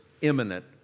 imminent